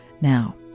Now